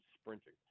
sprinting